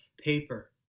paper